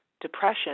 depression